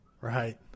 Right